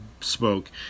spoke